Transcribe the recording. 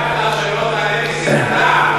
אתה התחייבת שלא תעלה מסים בכלל,